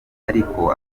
ariko